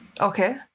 okay